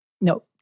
No